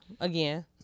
again